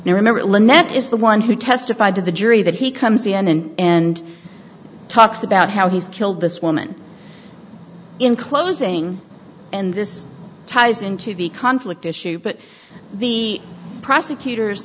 lynette is the one who testified to the jury that he comes c n n and talks about how he's killed this woman in closing and this ties into the conflict issue but the prosecutors